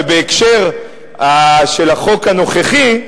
ובהקשר של החוק הנוכחי,